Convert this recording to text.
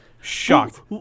shocked